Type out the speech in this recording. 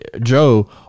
Joe